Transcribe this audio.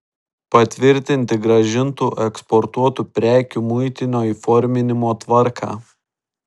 patvirtinti grąžintų eksportuotų prekių muitinio įforminimo tvarką